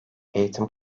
eğitim